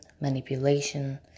manipulation